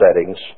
settings